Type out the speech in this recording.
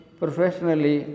professionally